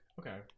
okay